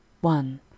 one